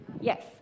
Yes